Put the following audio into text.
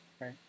right